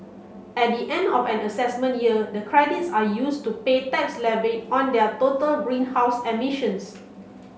at the end of an assessment year the credits are used to pay tax levy on their total greenhouse emissions